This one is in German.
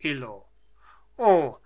illo o